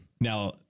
Now